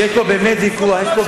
יש פה באמת ויכוח.